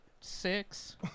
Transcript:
six